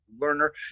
learner